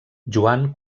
joan